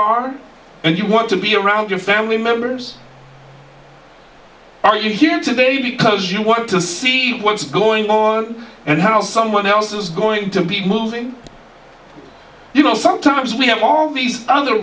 are and you want to be around your family members are you here today because you want to see what's going on and how someone else is going to be moving you know sometimes we have all these other